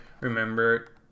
remember